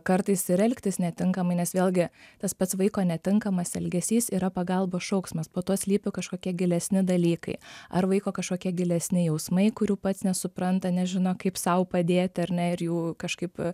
kartais ir elgtis netinkamai nes vėlgi tas pats vaiko netinkamas elgesys yra pagalbos šauksmas po to slypi kažkokie gilesni dalykai ar vaiko kažkokie gilesni jausmai kurių pats nesupranta nežino kaip sau padėti ar ne ir jų kažkaip